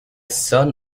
son